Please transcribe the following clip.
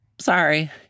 sorry